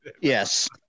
Yes